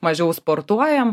mažiau sportuojam